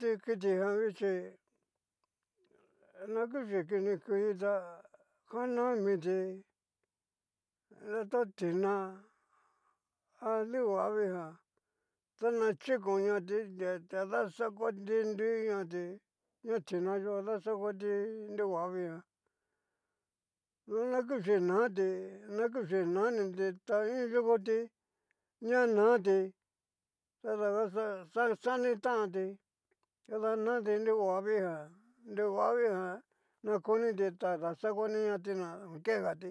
Ti kitijan vichí na kuchi kinikuti ta kanamiti a to tina a nruhuavii jan, tana chiko ñati ta daxakua tiru ñati ña tina yó daxakuati nriohuavii jan tu na kuchi nati na kuchi nani ti ta iin yokoti ña nati tadanguan xanitanti tada nati nohuavii jan nrohuavii jan na koniti ta ni daxakua ni ña tina okegati